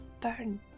burn